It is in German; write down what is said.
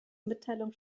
mitteilung